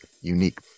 unique